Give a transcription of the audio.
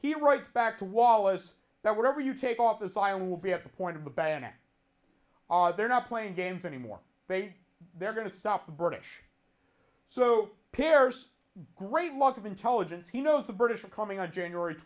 he writes back to wallace that whatever you take off this island will be at the point of the banner they're not playing games anymore they they're going to stop the british so pairs great loss of intelligence he knows the british are coming on january